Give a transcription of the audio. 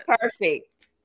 perfect